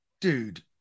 dude